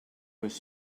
was